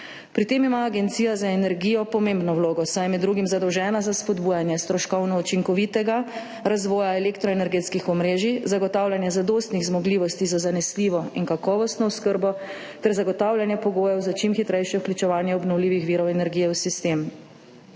Pri tem ima Agencija za energijo pomembno vlogo, saj je med drugim zadolžena za spodbujanje stroškovno učinkovitega razvoja elektroenergetskih omrežij, zagotavljanje zadostnih zmogljivosti za zanesljivo in kakovostno oskrbo ter zagotavljanje pogojev za čim hitrejše vključevanje obnovljivih virov energije v sistem.